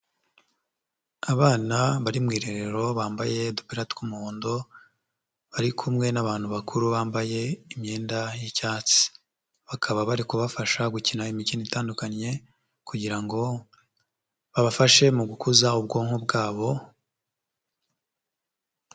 Abana bari mu marerero bambaye udupira tw'umuhondo bari kumwe n'abantu bakuru bambaye imyenda y'icyatsi, bakaba bari kubafasha gukina imikino itandukanye kugira ngo babafashe mu gukuza ubwonko bwabo.